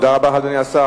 תודה רבה, אדוני השר.